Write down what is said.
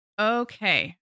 Okay